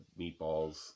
meatballs